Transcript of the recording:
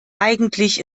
eigentlich